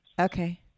Okay